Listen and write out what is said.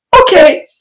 okay